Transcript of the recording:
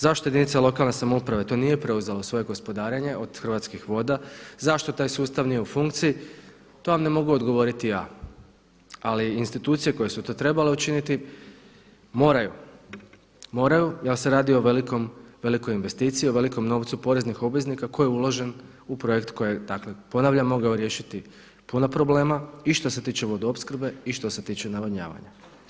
Zašto jedinica lokalne samouprave to nije preuzela u svoje gospodarenje od hrvatskih voda, zašto taj sustav nije u funkciji, to vam ne mogu odgovoriti ja ali institucije koje su to trebale učiniti moraju, moraju jer se radi o velikoj investiciji, o velikom novcu poreznih obveznika koji je uložen u projekt koji je dakle ponavljam mogao riješiti puno problema i što se tiče vodoopskrbe i što se tiče navodnavanja.